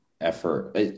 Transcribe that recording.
effort